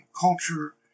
culture